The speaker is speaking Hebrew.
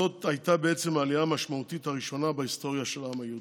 זאת הייתה העלייה המשמעותית הראשונה בהיסטוריה של העם היהודי.